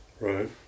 Right